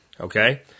okay